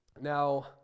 now